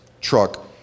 truck